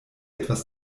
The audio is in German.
etwas